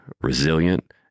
resilient